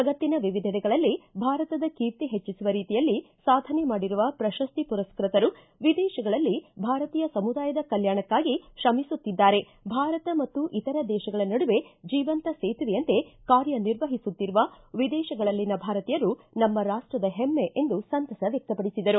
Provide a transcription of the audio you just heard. ಜಗತ್ತಿನ ವಿವಿಧೆಡೆಗಳಲ್ಲಿ ಭಾರತದ ಕೀರ್ತಿ ಹೆಚ್ಚಿಸುವ ರೀತಿಯಲ್ಲಿ ಸಾಧನೆ ಮಾಡಿರುವ ಪ್ರಶಸ್ತಿ ಪುರಸ್ಪ್ರತರು ವಿದೇಶಗಳಲ್ಲಿ ಭಾರತೀಯ ಸಮೂದಾಯದ ಕಲ್ಚಾಣಕ್ಕಾಗಿ ತ್ರಮಿಸುತ್ತಿದ್ದಾರೆ ಭಾರತ ಮತ್ತು ಇತರ ದೇಶಗಳ ನಡುವೆ ಜೀವಂತ ಸೇತುವೆಯಂತೆ ಕಾರ್ಯ ನಿರ್ವಹಿಸುತ್ತಿರುವ ವಿದೇಶಗಳಲ್ಲಿನ ಭಾರತೀಯರು ನಮ್ಮ ರಾಷ್ಟದ ಹೆಮ್ಮೆ ಎಂದು ಸಂತಸ ವ್ಯಕ್ತಪಡಿಸಿದರು